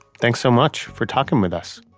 thanks so much for talking with us